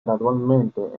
gradualmente